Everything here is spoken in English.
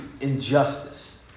injustice